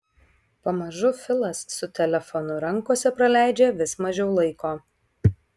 pamažu filas su telefonu rankose praleidžia vis mažiau laiko